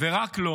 ורק לו